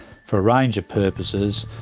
for a range of purposes,